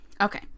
Okay